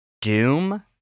Doom